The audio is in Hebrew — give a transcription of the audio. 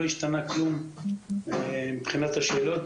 לא השתנה כלום מבחינת השאלות,